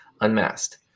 unmasked